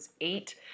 Eight